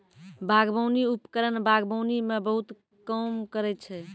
बागबानी उपकरण बागबानी म बहुत काम करै छै?